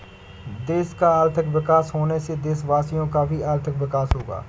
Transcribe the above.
देश का आर्थिक विकास होने से देशवासियों का भी आर्थिक विकास होगा